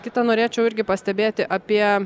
kitą norėčiau irgi pastebėti apie